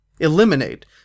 eliminate